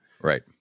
Right